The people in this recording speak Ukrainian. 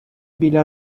біля